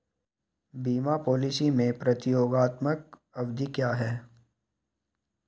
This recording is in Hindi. बीमा पॉलिसी में प्रतियोगात्मक अवधि क्या है?